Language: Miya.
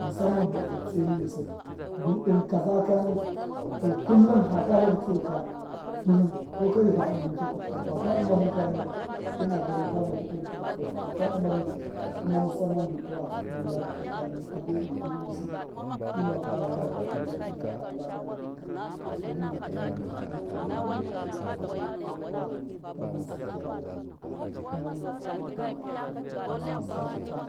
Musamman du a tlatase miyu sai du dṫn kaza kani to kullum faka tlahu tsumi ka dṫn kokari fa dṫma nikya kutu ka fa kwa dṫma tlṫn kani ṫna gani fama dada dṫda a mbanu fa kwa dṫma tlṫn kuma musamma du a tsahu lada tlṫn kani a be doo gir nusṫ fima fada lada a duniya ti da lada yika, to mun mun ta naya mumma dada ma taka muku kau tamma ghṫnsṫ dṫ kṫya rayi wane ya, kuma